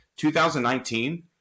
2019